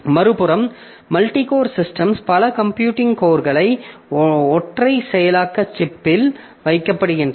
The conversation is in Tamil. மறுபுறம் மல்டிகோர் சிஸ்டம்ஸ் பல கம்ப்யூட்டிங் கோர்கள் ஒற்றை செயலாக்க சிப்பில் வைக்கப்படுகின்றன